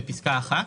בפסקה (1)